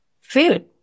food